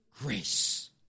grace